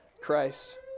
Christ